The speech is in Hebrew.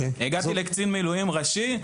הגעתי לקצין מילואים ראשי,